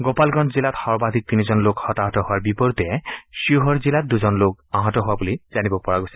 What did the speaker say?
গোপালগঞ্জ জিলাত সৰ্বাধিক তিনিজন লোক হতাহত হোৱাৰ বিপৰীতে শ্বিৱ'হৰ জিলাত দুজন লোক আহত হোৱা বুলি জানিব পৰা গৈছে